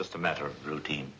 just a matter of routine